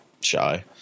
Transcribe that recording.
shy